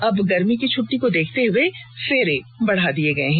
अब गर्मी की छुट्टी को देखते हुए फेरे बढ़ा दिए गए हैं